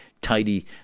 tidy